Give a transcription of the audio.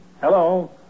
Hello